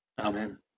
Amen